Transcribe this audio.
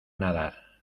nadar